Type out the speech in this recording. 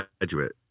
graduate